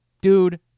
dude